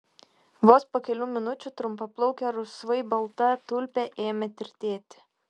vos po kelių minučių trumpaplaukė rusvai balta tulpė ėmė tirtėti